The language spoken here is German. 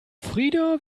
frida